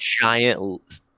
giant